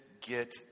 get